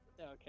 Okay